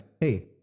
Hey